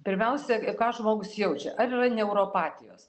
pirmiausia ką žmogus jaučia ar yra neuropatijos